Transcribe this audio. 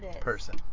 person